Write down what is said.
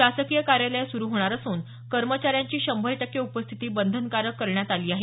शासकीय कार्यालयं सुरु होणार असून कर्मचाऱ्यांची शंभर टक्के उपस्थिती बंधनकारक करण्यात आली आहे